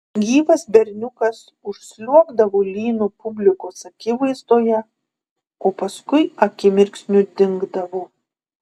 gyvas berniukas užsliuogdavo lynu publikos akivaizdoje o paskui akimirksniu dingdavo